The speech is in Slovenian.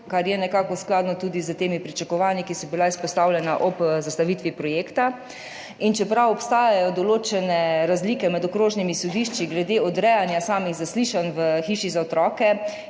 kar je nekako skladno tudi s temi pričakovanji, ki so bila izpostavljena ob zastavitvi projekta, in čeprav obstajajo določene razlike med okrožnimi sodišči glede odrejanja samih zaslišanj v Hiši za otroke,